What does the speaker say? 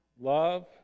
love